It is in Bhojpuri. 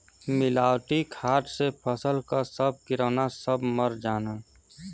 मिलावटी खाद से फसल क सब किरौना सब मर जाला